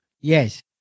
Yes